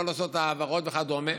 לא לעשות העברות וכדומה.